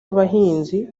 abahinzi